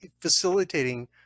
facilitating